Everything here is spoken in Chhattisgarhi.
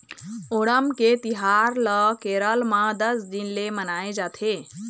ओणम के तिहार ल केरल म दस दिन ले मनाए जाथे